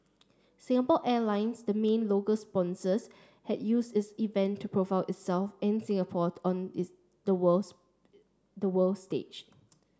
Singapore Airlines the mean local sponsors has use these event to profile itself and Singapore on the worlds the world stage